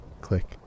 Click